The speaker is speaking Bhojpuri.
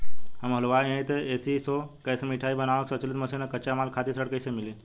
हम हलुवाई हईं त ए.सी शो कैशमिठाई बनावे के स्वचालित मशीन और कच्चा माल खातिर ऋण कइसे मिली?